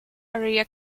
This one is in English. area